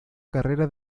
carrera